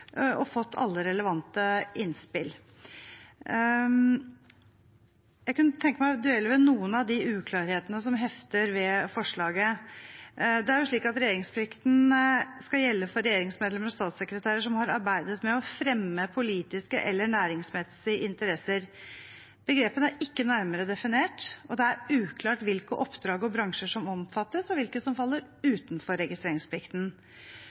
og fått alle relevante innspill. Jeg kunne tenke meg å dvele ved noen av uklarhetene som hefter ved forslaget. Det er slik at registreringsplikten skal gjelde for regjeringsmedlemmer og statssekretærer som «har arbeidet med å fremme politiske eller næringsmessige interesser». Begrepene er ikke nærmere definert, og det er uklart hvilke oppdrag og bransjer som omfattes, og hvilke som faller utenfor registreringsplikten.